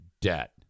debt